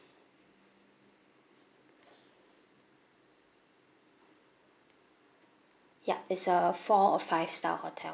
yup is uh four or five star hotel